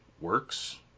works